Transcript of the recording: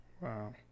wow